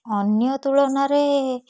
ଅନ୍ୟ ତୁଳନାରେ